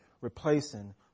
replacing